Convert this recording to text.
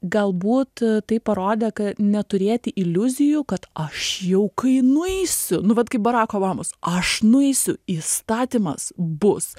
galbūt tai parodė ka neturėti iliuzijų kad aš jau kai nueisiu nu vat kaip barako obamos aš nueisiu įstatymas bus